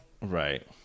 Right